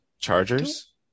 Chargers